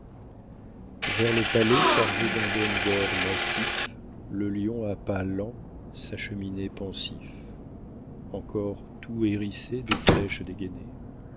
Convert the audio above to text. vers le palais chargé d'un dôme d'or massif le lion à pas lents s'acheminait pensif encor tout hérissé des flèches